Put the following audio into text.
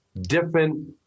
Different